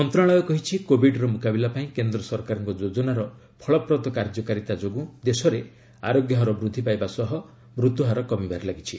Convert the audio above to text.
ମନ୍ତ୍ରଣାଳୟ କହିଛି କୋବିଡ୍ର ମୁକାବିଲା ପାଇଁ କେନ୍ଦ୍ର ସରକାରଙ୍କ ଯୋଜନାର ଫଳପ୍ରଦ କାର୍ଯ୍ୟକାରିତା ଯୋଗୁଁ ଦେଶରେ ଆରୋଗ୍ୟ ହାର ବୃଦ୍ଧି ପାଇବା ସହ ମୃତ୍ୟୁ ହାର କମିବାରେ ଲାଗିଛି